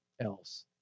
else